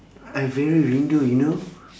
I very rindu you know